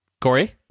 Corey